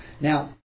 Now